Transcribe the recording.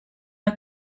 are